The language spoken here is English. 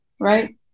right